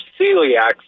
celiacs